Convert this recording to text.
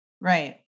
right